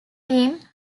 team